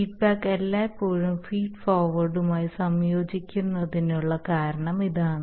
feedback എല്ലായ്പ്പോഴും feed ഫോർവേഡുമായി സംയോജിപ്പിക്കുന്നതിനുള്ള കാരണം ഇതാണ്